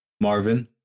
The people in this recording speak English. Marvin